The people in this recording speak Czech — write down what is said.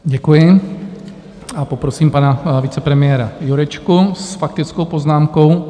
Děkuji a poprosím pana vicepremiéra Jurečku s faktickou poznámkou...